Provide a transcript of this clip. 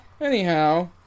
Anyhow